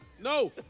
No